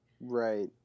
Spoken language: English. Right